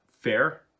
fair